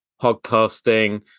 podcasting